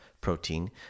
protein